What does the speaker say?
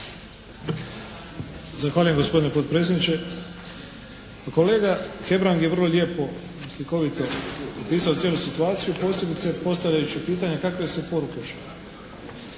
Zahvaljujem gospodine potpredsjedniče. Kolega Hebrang je vrlo lijepo i slikovito opisao cijelu situaciju, posebice postavljajući pitanje kakve se poruke